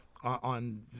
on